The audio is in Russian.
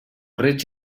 речь